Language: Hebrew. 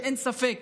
אין ספק